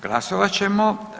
Glasovat ćemo.